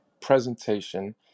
presentation